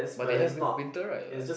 but they have win~ winter right like